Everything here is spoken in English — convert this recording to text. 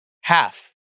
half